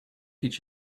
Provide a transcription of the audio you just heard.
each